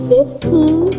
Fifteen